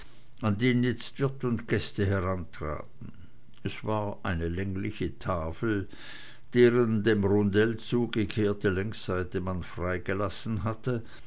an den jetzt wirt und gäste herantraten es war eine längliche tafel deren dem rundell zugekehrte längsseite man frei gelassen hatte